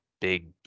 big